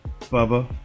Bubba